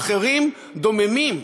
האחרים דוממים.